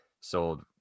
sold